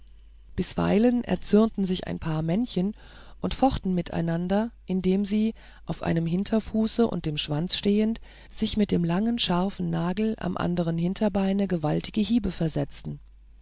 bisweilen erzürnten sich ein paar männchen und fochten miteinander indem sie auf einem hinterfuße und dem schwanze stehend sich mit dem langen scharfen nagel am anderen hinterbeine gewaltige hiebe versetzten